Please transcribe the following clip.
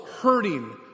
hurting